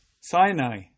Sinai